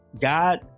God